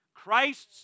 Christ's